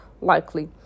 likely